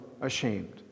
ashamed